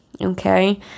okay